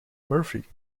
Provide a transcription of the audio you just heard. murphy